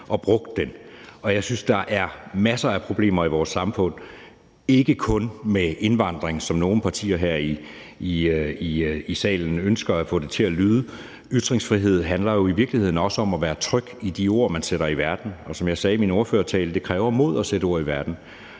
og brugt den. Jeg synes, der er masser af problemer i vores samfund – ikke kun med indvandring, som nogle partier her i salen ønsker at få det til at lyde som. Ytringsfrihed handler jo i virkeligheden også om at være tryg i de ord, man sætter i verden, og som jeg sagde i min ordførertale, kræver det mod at sætte ord i verden.